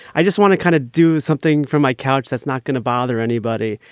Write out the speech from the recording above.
i just want to kind of do something for my couch that's not going to bother anybody.